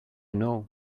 know